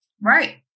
right